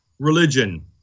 religion